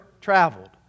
traveled